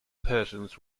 persons